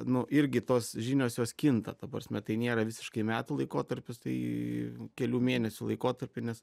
nu irgi tos žinios jos kinta ta prasme tai nėra visiškai metų laikotarpis tai kelių mėnesių laikotarpį nes